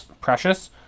Precious